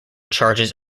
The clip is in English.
charges